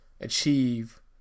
achieve